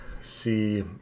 see